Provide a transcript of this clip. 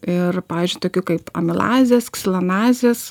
ir pavyzdžiui tokių kaip amilazės ksilanazės